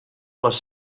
les